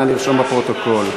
נא לרשום בפרוטוקול.